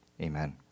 amen